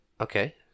Okay